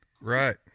Right